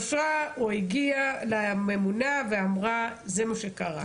והתקשרה או הגיעה לממונה ואמרה: זה מה שקרה.